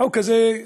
החוק הזה,